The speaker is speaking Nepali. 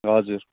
हजुर